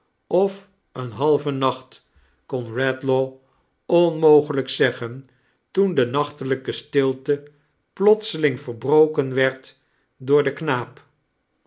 of een halven nacht kon redlaw onmogelijk zeggen toen de nachtelijke stilte plotseling verbroken werd door den knaap